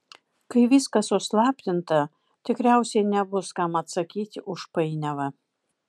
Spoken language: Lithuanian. kai viskas užslaptinta tikriausiai nebus kam atsakyti už painiavą